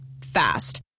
Fast